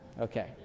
Okay